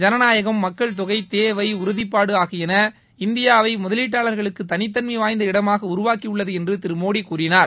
ஜனநாயகம் மக்கள் தொகை தேவை உறுதிப்பாடு ஆகியன இந்தியாவை முதலீட்டாளர்களுக்கு தனித்தன்மை வாய்ந்த இடமாக உருவாக்கியுள்ளது என்று திரு மோடி கூறினார்